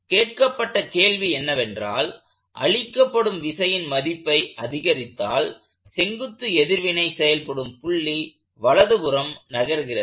கேட்கப்பட்ட கேள்வி என்னவென்றால் அளிக்கப்படும் விசையின் மதிப்பை அதிகரித்தால் செங்குத்து எதிர்வினை செயல்படும் புள்ளி வலதுபுறம் நகர்கிறது